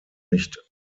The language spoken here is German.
nicht